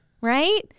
right